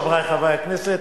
חברי חברי הכנסת,